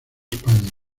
españa